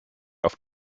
auf